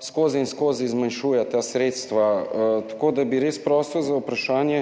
skozi in skozi zmanjšuje ta sredstva. Res bi prosil za odgovor na vprašanje: